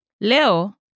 Leo